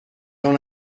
dans